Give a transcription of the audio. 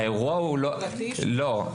לא.